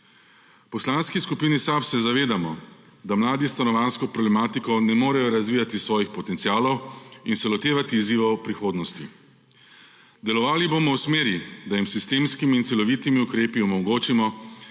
Poslanski skupini SAB se zavedamo, da mladi s stanovanjsko problematiko ne morejo razvijati svojih potencialov in se lotevati izzivov v prihodnosti. Delovali bomo v smeri, da jim s sistemskimi in celovitimi ukrepi omogočimo,